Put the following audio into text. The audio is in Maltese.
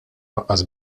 lanqas